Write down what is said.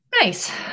nice